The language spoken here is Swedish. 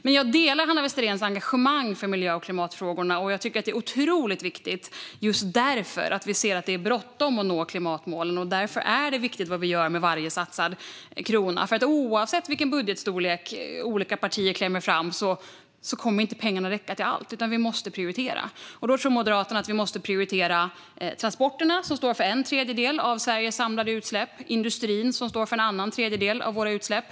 Men jag delar Hanna Westeréns engagemang för miljö och klimatfrågorna, och jag tycker just därför att det är otroligt viktigt att vi ser att det är bråttom att nå klimatmålen. Därför är det också viktigt vad vi gör med varje satsad krona. Oavsett vilken budgetstorlek olika partier klämmer fram kommer pengarna inte att räcka till allt, utan vi måste prioritera. Då anser Moderaterna att vi måste prioritera transporterna, som står för en tredjedel av Sveriges samlade utsläpp, och industrin, som står för en annan tredjedel av våra utsläpp.